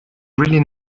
really